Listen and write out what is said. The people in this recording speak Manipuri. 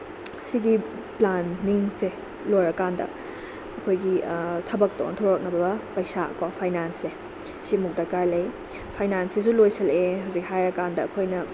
ꯁꯤꯒꯤ ꯄ꯭ꯂꯥꯟꯅꯤꯡꯁꯦ ꯂꯣꯏꯔꯀꯥꯟꯗ ꯑꯩꯈꯣꯏꯒꯤ ꯊꯕꯛꯇ ꯑꯣꯟꯊꯣꯔꯛꯅꯕ ꯄꯩꯁꯥꯀꯣ ꯐꯥꯏꯅꯥꯟꯁꯁꯦ ꯁꯤꯃꯨꯛ ꯗꯔꯀꯥꯔ ꯂꯩ ꯐꯥꯏꯅꯥꯟꯁꯁꯤꯁꯨ ꯂꯣꯏꯁꯤꯜꯂꯛꯑꯦ ꯍꯧꯖꯤꯛ ꯍꯥꯏꯔꯀꯥꯟꯗ ꯑꯩꯈꯣꯏꯅ